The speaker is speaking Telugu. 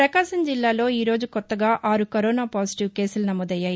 ప్రపకాశం జిల్లాలో ఈరోజు కొత్తగా ఆరు కరోనా పాజిటివ్ కేసులు నమోదయ్యాయి